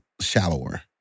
shallower